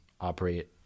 operate